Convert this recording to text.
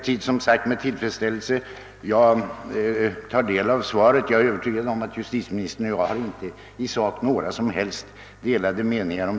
Jag har som sagt med tillfredsställelse tagit del av innehållet i svaret och är övertygad om att justitieministern och jag i sak inte har några som helst delade meningar.